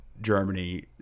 Germany